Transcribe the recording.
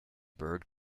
bird